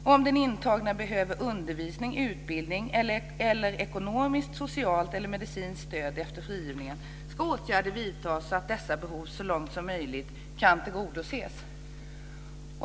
Om den intagne behöver undervisning, utbildning eller ekonomiskt, socialt eller medicinskt stöd efter frigivningen ska åtgärder vidtas så att dessa behov så långt som möjligt kan tillgodoses.